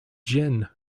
gin